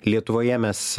lietuvoje mes